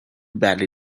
badly